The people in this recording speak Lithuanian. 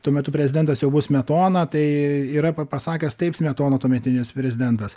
tuo metu prezidentas jau buvo smetona tai yra pa pasakęs taip smetona tuometinis prezidentas